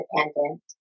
independent